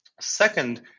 Second